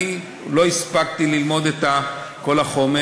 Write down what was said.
אני לא הספקתי ללמוד את כל החומר,